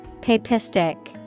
Papistic